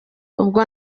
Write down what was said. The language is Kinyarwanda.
ubwo